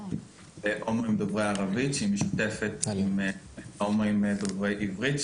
משותפת של הומואים דוברי ערבית עם הומואים דוברי עברית,